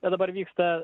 bet dabar vyksta